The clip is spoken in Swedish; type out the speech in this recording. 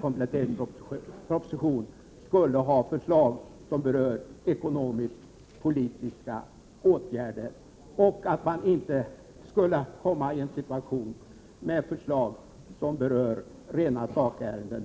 kompletteringspropositionen skulle innehålla förslag som berör ekonomisk-politiska åtgärder i allmänhet och inte förslag som berör rena sakärenden.